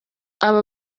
aba